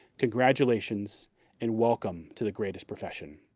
congratulations and welcome to the greatest profession.